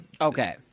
Okay